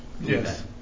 Yes